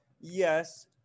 yes